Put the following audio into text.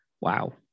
Wow